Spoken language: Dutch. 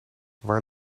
waar